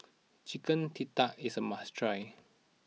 Chicken Tikka is a must try